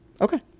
Okay